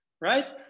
right